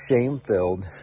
shame-filled